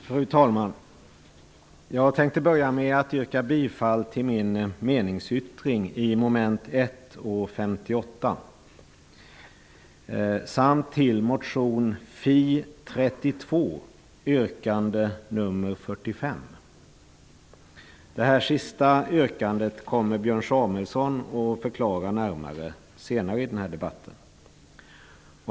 Fru talman! Jag tänkte börja med att yrka bifall till min meningsyttring i mom. 1 och 58 samt till motion Fi32, yrkande 45. Det senast nämnda yrkandet kommer Björn Samuelson att förklara närmare senare i debatten.